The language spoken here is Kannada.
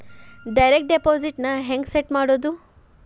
ಡೈರೆಕ್ಟ್ ಡೆಪಾಸಿಟ್ ನ ಹೆಂಗ್ ಸೆಟ್ ಮಾಡೊದು?